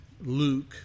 Luke